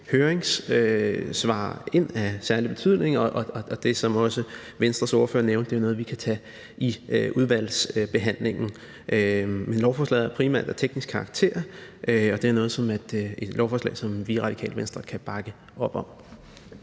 høringssvar ind af særlig betydning, og det er, som også Venstres ordfører nævnte, jo noget, som vi kan tage i udvalgsbehandlingen. Men lovforslaget er primært af teknisk karakter, og det er et lovforslag, som vi i Radikale Venstre kan bakke op om.